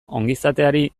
ongizateari